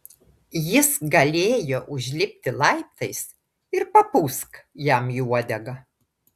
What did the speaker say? jis galėjo užlipti laiptais ir papūsk jam į uodegą